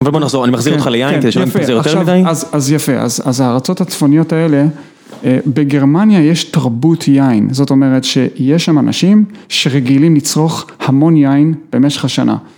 אבל בוא נחזור, אני מחזיר אותך ליין, כדי שלא נתפזר יותר מדי. אז יפה, אז הארצות הצפוניות האלה, בגרמניה יש תרבות יין, זאת אומרת שיש שם אנשים שרגילים לצרוך המון יין במשך השנה.